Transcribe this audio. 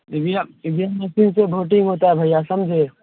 AVM EVM machine से voting होता है भैया समझे